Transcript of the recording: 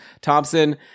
thompson